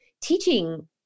Teaching